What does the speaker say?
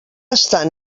estan